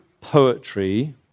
poetry